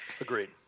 agreed